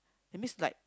that means like